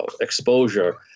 exposure